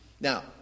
now